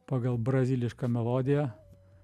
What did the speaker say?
pagal brazilišką melodiją